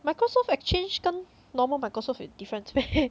microsoft exchange 跟 normal microsoft 有 difference meh